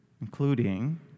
including